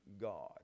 God